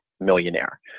millionaire